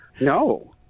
No